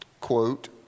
Quote